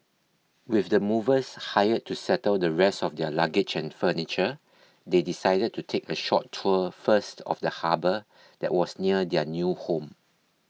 with the movers hired to settle the rest of their luggage and furniture they decided to take a short tour first of the harbour that was near their new home